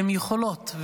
הן יכולות,